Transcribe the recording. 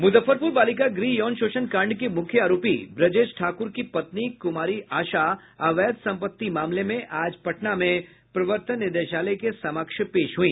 मुजफ्फरपुर बालिका गृह यौन शोषण कांड के मुख्य आरोपी ब्रजेश ठाकुर की पत्नी कुमारी आशा अवैध संपत्ति मामले में आज पटना में प्रवर्तन निदेशालय के समक्ष पेश हुई